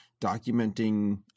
documenting